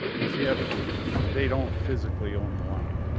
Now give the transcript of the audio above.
is if they don't physically own the land.